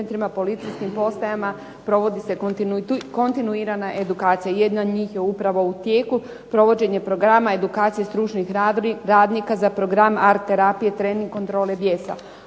centrima, policijskim postajama provodi se kontinuirana edukacija. Jedna od njih je upravo u tijeku, provođenje programa edukacije stručnih radnika za program art terapije, trening kontrole bijesa.